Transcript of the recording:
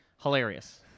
Hilarious